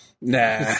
Nah